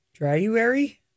Dryuary